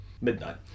midnight